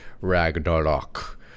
Ragnarok